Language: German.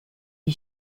die